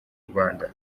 rwanda